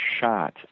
shot